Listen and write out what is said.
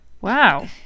Wow